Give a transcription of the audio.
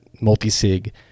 multi-sig